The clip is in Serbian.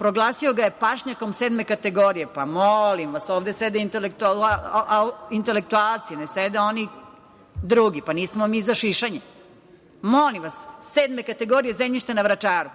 Proglasio ga je pašnjakom sedme kategorije. Molim vas, ovde sede intelektualci, ne sede oni drugi, pa nismo mi za šišanje. Molim vas, sedme kategorije zemljište na Vračaru,